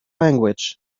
language